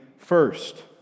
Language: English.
First